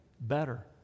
better